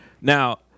Now